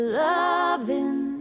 loving